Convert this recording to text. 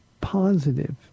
positive